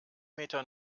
meter